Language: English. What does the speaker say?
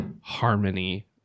harmony